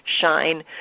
shine